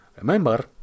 Remember